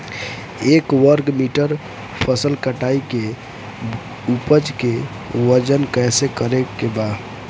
एक वर्ग मीटर फसल कटाई के उपज के वजन कैसे करे के बा?